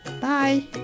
Bye